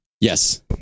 Yes